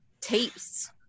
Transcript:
tapes